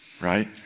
right